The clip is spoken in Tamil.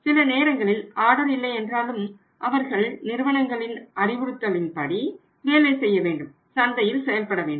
சில நேரங்களில் ஆர்டர் இல்லை என்றாலும் அவர்கள் நிறுவனங்களில் அறிவுறுத்தலின்படி வேலை செய்ய வேண்டும் சந்தையில் செயல்பட வேண்டும்